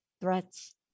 threats